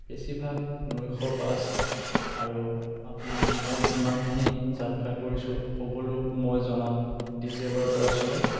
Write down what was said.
বেছিভাগ নৈশ বাছ আৰু আপোনাৰ মই যিমানখিনি যাত্ৰা কৰিছোঁ সকলো মই জনাত ডিজেলৰ দ্বাৰা চলে